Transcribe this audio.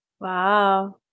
Wow